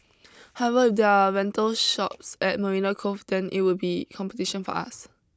however if there are rental shops at Marina Cove then it would be competition for us